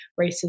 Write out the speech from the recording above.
racism